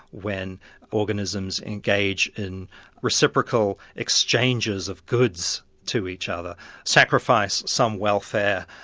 when organisms engage in reciprocal exchanges of goods to each other sacrifice some welfare